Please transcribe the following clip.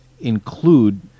include